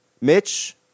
Mitch